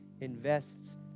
invests